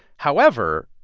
however,